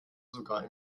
sogar